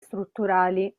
strutturali